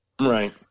Right